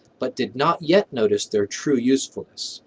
but did not yet notice their true usefulness.